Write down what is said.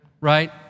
right